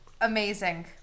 Amazing